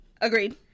Agreed